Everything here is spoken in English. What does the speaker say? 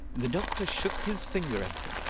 the doctor shook his finger at him.